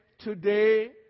Today